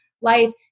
life